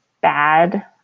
bad